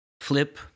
Flip